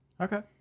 Okay